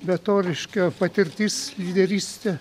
be to ryški jo patirtis lyderystė